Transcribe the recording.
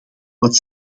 wat